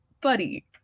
buddy